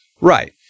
Right